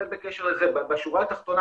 בשורה התחתונה,